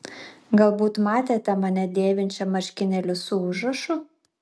galbūt matėte mane dėvinčią marškinėlius su užrašu